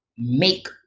make